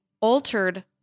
altered